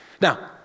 Now